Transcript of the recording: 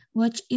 watch